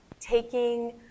taking